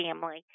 family